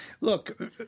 look